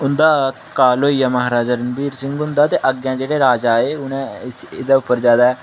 उं'दा काल होइया म्हाराजा रणवीर सिंह हुंदा ते अग्गें जेह्ड़े राजा आए उ'नें एह्दे उप्पर जादै